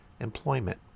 employment